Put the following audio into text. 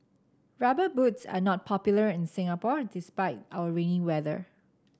rubber boots are not popular in Singapore despite our rainy weather